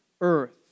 earth